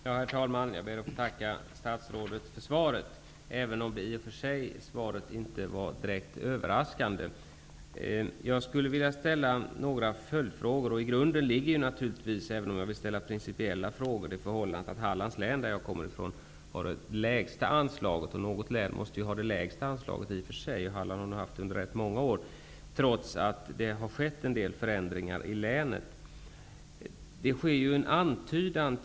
Herr talman! Jag ber att få tacka statsrådet för svaret, även om svaret i och för sig inte var direkt överraskande. Jag skulle vilja ställa en följdfråga. Även om min fråga är principiell, ligger i grunden det förhållandet att Hallands län -- som jag kommer från -- har det lägsta anslaget. Något län måste få det lägsta anslaget. Halland har fått det lägsta anslaget under rätt många år -- trots att det har skett en del förändringar i länet.